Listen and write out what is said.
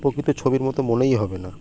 প্রকৃত ছবির মতো মনেই হবে না